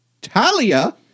Talia